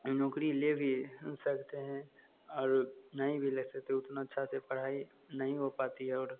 नौकरी ले भी सकते हैं और नहीं भी ले सकते हैं उतना अच्छा से पढ़ाई नहीं हो पाती है और